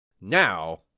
Now